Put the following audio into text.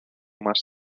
más